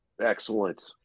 Excellent